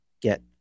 get